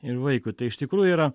ir vaikui tai iš tikrųjų yra